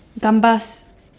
Gambas